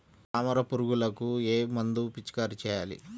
తామర పురుగుకు ఏ మందు పిచికారీ చేయాలి?